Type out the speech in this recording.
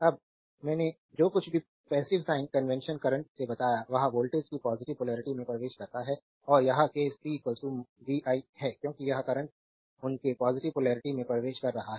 अब मैंने जो कुछ भी पैसिव साइन कन्वेंशन करंट से बताया वह वोल्टेज की पॉजिटिव पोलरिटी में प्रवेश करता है और यह केस p vi है क्योंकि यह करंट उनके पॉजिटिव पोलरिटी में प्रवेश कर रहा है